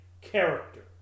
character